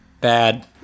Bad